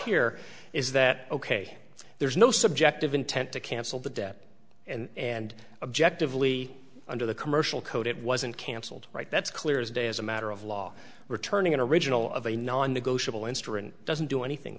here is that ok there's no subjective intent to cancel the debt and objectively under the commercial code it wasn't cancelled right that's clear as day as a matter of law returning an original of a non negotiable instrument doesn't do anything